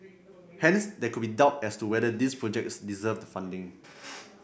hence there could be doubt as to whether these projects deserved the funding